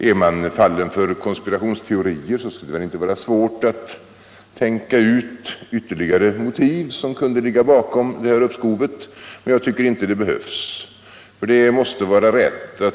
Är man fallen för konspirationsteorier skulle det inte vara svårt att tänka ut ytterligare motiv som kunde ligga bakom detta uppskov, men jag tycker inte att det behövs.